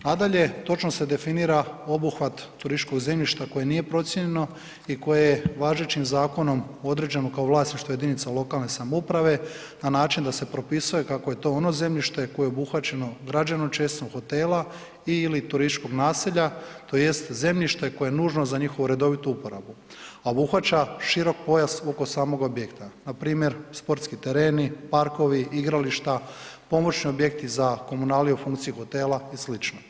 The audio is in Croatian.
Nadalje, točno se definira obuhvat turističkog zemljišta koje nije procijenjeno i koje je važećim zakonom određeno kao vlasništvo jedinica lokalne samouprave na način da se propisuje kako je to ono zemljište koje je obuhvaćeno građevnom česticom hotela ili turističkog naselja tj. zemljište koje je nužno z njihovu redovitu uporabu a obuhvaća širok pojas oko samog objekta, npr. sportski tereni, parkovi, igrališta, pomoćni objekti za komunaliju u funkciji hotela i sl.